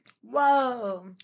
Whoa